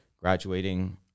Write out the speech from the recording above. graduating